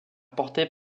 portés